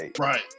Right